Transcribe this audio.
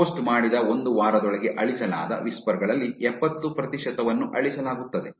post ಮಾಡಿದ ಒಂದು ವಾರದೊಳಗೆ ಅಳಿಸಲಾದ ವಿಸ್ಪರ್ ಗಳಲ್ಲಿ ಎಪ್ಪತ್ತು ಪ್ರತಿಶತವನ್ನು ಅಳಿಸಲಾಗುತ್ತದೆ